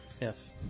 Yes